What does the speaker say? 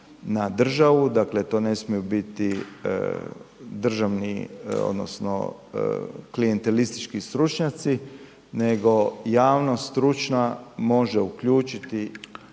na državu, to ne smiju biti državni odnosno klijentelistički stručnjaci nego javnost stručna može uključiti